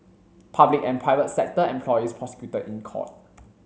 public and private sector employees prosecuted in court